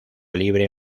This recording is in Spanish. libre